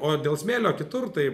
dėl smėlio kitur tai